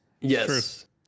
Yes